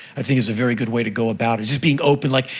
i think is a very good way to go about it. just being open, like,